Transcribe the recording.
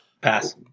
Pass